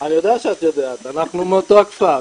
אני יודע שאת יודעת, אנחנו מאותו הכפר.